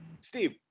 Steve